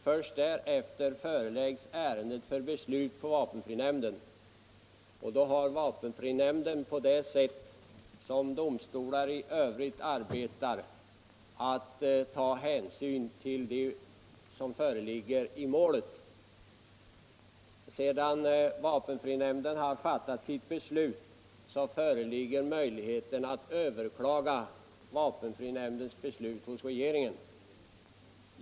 Först därefter föreläggs ärendet vapenfrinämnden för beslut. Vapenfrinämnden har därvid att på samma sätt som domstolar i övrigt taga hänsyn till vad som föreligger i målet. Sedan vapenfrinämnden har fattat sitt beslut föreligger möjligheten att överklaga vapenfrinämndens beslut hos regeringen.